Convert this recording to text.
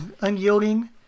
unyielding